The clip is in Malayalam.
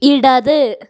ഇടത്